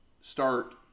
start